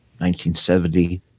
1970